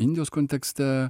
indijos kontekste